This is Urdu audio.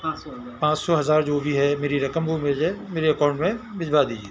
پانچ سو ہزار جو بھی ہے میری رقم وہ میری ہے میرے اکاؤنٹ میں بجھوا دیجیے